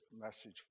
message